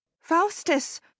Faustus